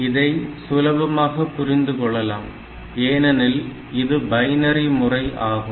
இதை சுலபமாக புரிந்து கொள்ளலாம் ஏனெனில் இது பைனரி முறை ஆகும்